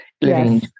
Living